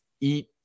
eat